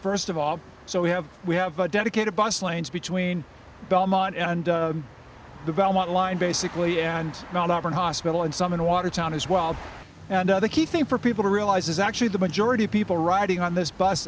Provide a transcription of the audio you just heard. st of all so we have we have a dedicated bus lanes between belmont and the belmont line basically and around auburn hospital and some in watertown as well and other key thing for people to realize is actually the majority of people riding on this bus